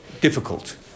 difficult